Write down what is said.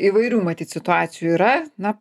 įvairių matyt situacijų yra na